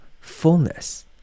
fullness